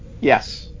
Yes